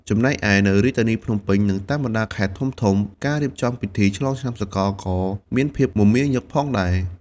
ចំណែកឯ នៅរាជធានីភ្នំពេញ និងតាមបណ្ដាខេត្តធំៗ ការរៀបចំពិធីឆ្លងឆ្នាំសកលក៏មានភាពមមាញឹកផងដែរ។